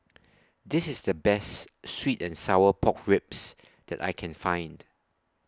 This IS The Best Sweet and Sour Pork Ribs that I Can Find